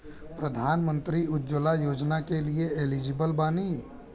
प्रधानमंत्री उज्जवला योजना के लिए एलिजिबल बानी?